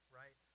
right